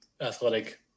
athletic